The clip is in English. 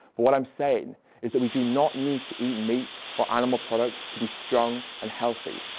but what i'm saying is that we do not need to eat meat or animal products to be strong and healthy.